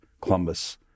Columbus